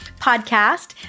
podcast